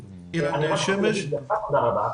אני רוצה להגיד גם לך תודה רבה,